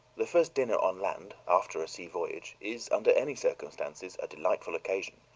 the first dinner on land, after a sea voyage, is, under any circumstances, a delightful occasion,